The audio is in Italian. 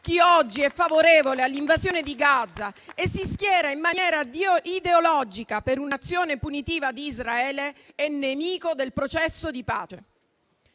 Chi oggi è favorevole all'invasione di Gaza e si schiera in maniera ideologica per un'azione punitiva di Israele è nemico del processo di pace.